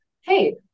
hey